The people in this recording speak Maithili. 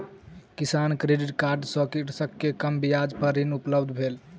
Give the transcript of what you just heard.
किसान क्रेडिट कार्ड सँ कृषक के कम ब्याज पर ऋण उपलब्ध भेल